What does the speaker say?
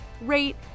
rate